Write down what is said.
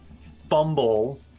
fumble